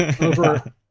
over